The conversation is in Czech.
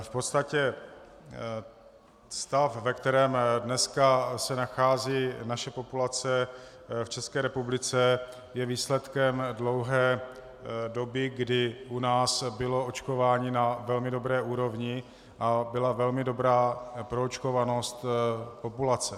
V podstatě stav, ve kterém se dneska nachází naše populace v České republice, je výsledkem dlouhé doby, kdy u nás bylo očkování na velmi dobré úrovni a byla velmi dobrá proočkovanost populace.